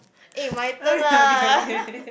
eh my turn lah